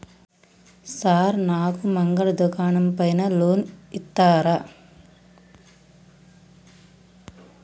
Sir నాకు మంగలి దుకాణం పైన లోన్ ఇత్తరా?